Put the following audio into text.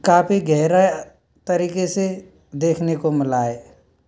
काफ़ी गहरा तरीके से देखने को मिला है